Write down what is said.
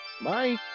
Bye